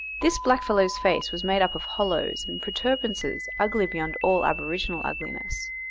this blackfellow's face was made up of hollows and protuberances ugly beyond all aboriginal ugliness.